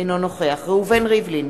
אינו נוכח ראובן ריבלין,